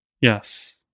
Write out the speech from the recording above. Yes